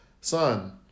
son